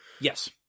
Yes